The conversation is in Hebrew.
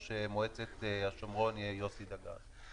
ראש מועצת השומרון יוסי דגן.